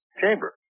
chamber